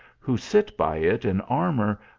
who sit by it in armour,